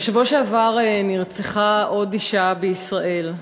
בשבוע שעבר נרצחה עוד אישה בישראל.